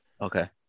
Okay